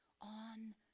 on